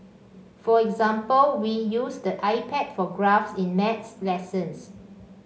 for example we use the iPad for graphs in maths lessons